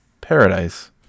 Paradise